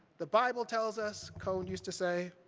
the bible tells us, cone used to say,